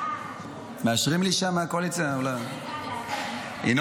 מאשרים לי שם מהקואליציה, ינון,